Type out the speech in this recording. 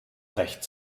recht